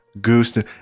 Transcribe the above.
goose